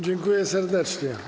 Dziękuję serdecznie.